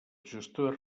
gestor